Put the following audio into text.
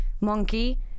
Monkey